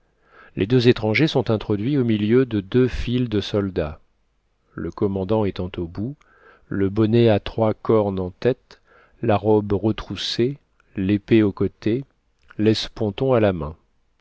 les deux étrangers sont introduits au milieu de deux files de soldats le commandant était au bout le bonnet à trois cornes en tête la robe retroussée l'épée au côté l'esponton à la main